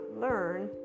learn